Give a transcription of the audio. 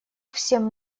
всем